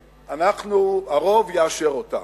ואנחנו, הרוב יאשר אותה.